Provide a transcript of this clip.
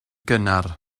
gynnar